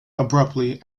abruptly